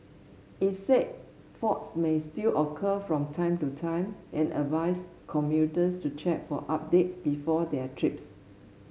it said faults may still occur from time to time and advised commuters to check for updates before their trips